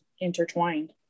intertwined